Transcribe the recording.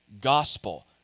gospel